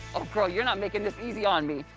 oh, girl, you're not making this easy on me,